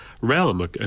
realm